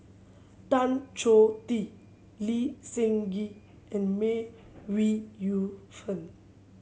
Tan Choh Tee Lee Seng Gee and May Ooi Yu Fen